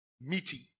meeting